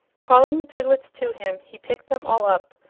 calling the piglets to him he picked them all up,